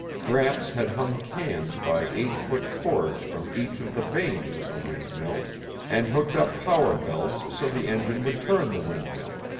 gramps had hung cans by eight-foot cords from each of the vanes of the windmill and hooked up power belts so the engine would turn the windmill.